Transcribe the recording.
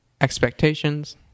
Expectations